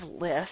list